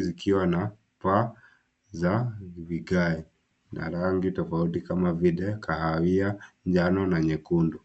zikiwa na paa za vigae na rangi tofauti kama vile kahawia, njano na nyekundu.